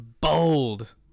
bold